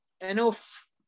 enough